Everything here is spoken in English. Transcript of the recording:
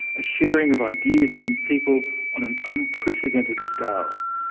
a sharing of ideas and people on an unprecedented scale.